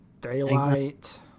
Daylight